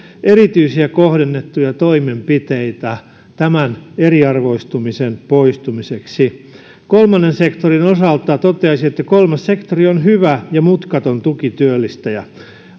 erityisiä kohdennettuja toimenpiteitä tämän eriarvoistumisen poistamiseksi kolmannen sektorin osalta toteaisin että kolmas sektori on hyvä ja mutkaton tukityöllistäjä